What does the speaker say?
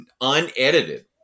unedited